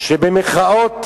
של לנצל את